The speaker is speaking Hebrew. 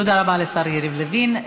תודה רבה לשר יריב לוין.